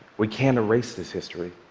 we can't erase this history.